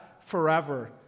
forever